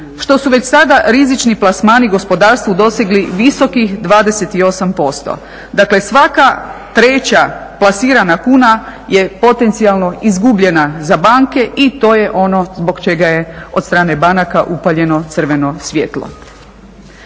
što su već sada rizični plasmani u gospodarstvu dosegli visokih 28%. Dakle, svaka treća plasirana kuna je potencijalno izgubljena za banke i to je ono zbog čega je od strane banaka upaljeno crveno svjetlo.